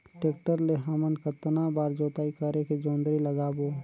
Tractor ले हमन कतना बार जोताई करेके जोंदरी लगाबो?